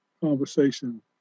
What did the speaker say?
conversation